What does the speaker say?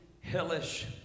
hellish